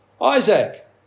Isaac